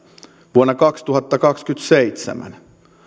vuonna kaksituhattakaksikymmentäseitsemän